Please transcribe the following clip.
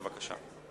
בבקשה.